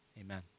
Amen